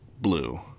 blue